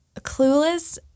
Clueless